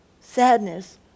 sadness